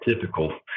typical